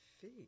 feet